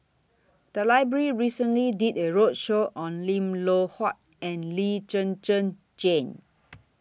The Library recently did A roadshow on Lim Loh Huat and Lee Zhen Zhen Jane